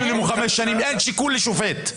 שלא יהיה שיקול דעת לשופטים.